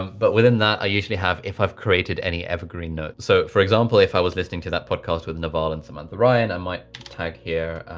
but within that, i usually have if i've created any evergreen notes. so for example, if i was listening to that podcast with naval and samantha ryan, i might tag here.